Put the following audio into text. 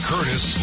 Curtis